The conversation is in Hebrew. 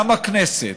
גם הכנסת,